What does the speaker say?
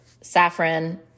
saffron